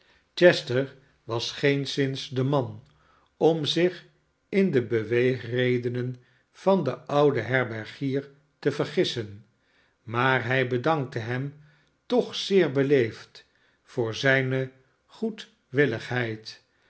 chester was geenszins de man om zich in de beweegredenen van den ouden herbergier te vergissen maar hij bedankte hem toch zeer beleefd voor zijne